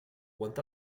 quant